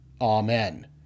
Amen